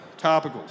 topicals